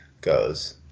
goes